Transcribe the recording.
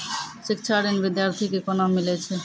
शिक्षा ऋण बिद्यार्थी के कोना मिलै छै?